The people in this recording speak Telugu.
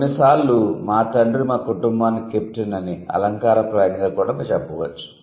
కొన్నిసార్లు 'మా తండ్రి మా కుటుంబానికి కెప్టెన్' అని అలంకార ప్రాయంగా కూడా చెప్పవచ్చు